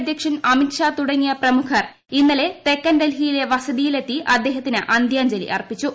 അധ്യക്ഷൻ അമിത്ഷാ തുടങ്ങിയ പ്രമുഖർ ഇന്നലെ തെക്കൻ ഡൽഹിയിലെ വസതിയിലെത്തി അദ്ദേഹത്തിന് അന്ത്യാഞ്ജലി അർപ്പിച്ചു